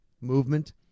movement